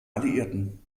alliierten